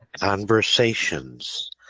conversations